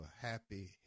happy